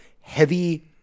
heavy